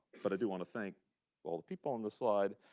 but i do want to thank all the people on this slide,